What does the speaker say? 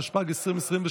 התשפ"ג 2023,